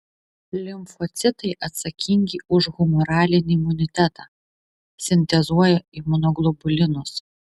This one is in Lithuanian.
limfocitai atsakingi už humoralinį imunitetą sintezuoja imunoglobulinus